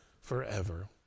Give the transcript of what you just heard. forever